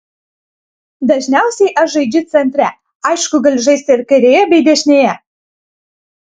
dažniausiai aš žaidžiu centre aišku galiu žaisti ir kairėje bei dešinėje